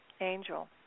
angel